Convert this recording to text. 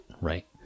right